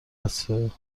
عطسه